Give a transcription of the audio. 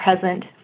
present